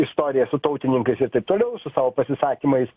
istorijos su tautininkais ir taip toliau su savo pasisakymais